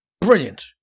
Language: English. brilliant